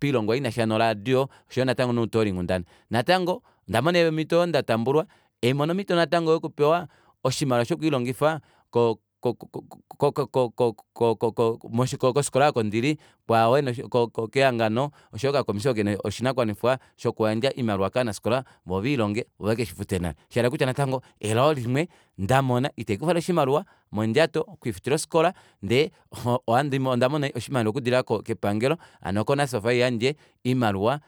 koilongwa inasha no radio oshoyo natango noutoolinghundana natango ondamona omito oyo ndatambulwa haimono omito yoo natango yokupewa oshimaliwa shokwiilongifa ko- ko- ko- ko- ko- ko kofikola aako ndili kwao ena ko- ko- kehangano oshoyo okakomisi oko kena oshinakuwanifwa shokuyandja oimaliwa kovanafikola voo velihonge voo vekeshifute nale shahala okutya natango elao linene ndamona itaikufa vali oshimaliwa mondjato okulifutila ofikola ndee ondamona oshimaliwa okudilila kepangelo hano konasfaf oyo haiyandje oimaliwa